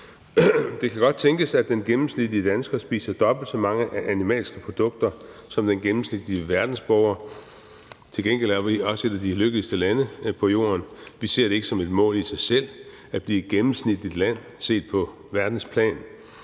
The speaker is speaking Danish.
Det kan godt tænkes, at den gennemsnitlige dansker spiser dobbelt så mange animalske produkter som den gennemsnitlige verdensborger. Til gengæld er vi også et af de lykkeligste lande på jorden. Vi ser det ikke som et mål i sig selv at blive et gennemsnitligt land set på verdensplan.